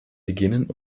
beginnen